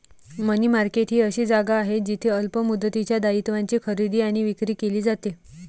मनी market ही अशी जागा आहे जिथे अल्प मुदतीच्या दायित्वांची खरेदी आणि विक्री केली जाते